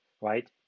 right